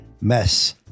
mess